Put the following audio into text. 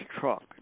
truck